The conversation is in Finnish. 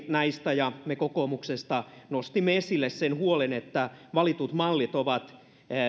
näistä ja me kokoomuksesta nostimme esille sen huolen että valitut mallit ovat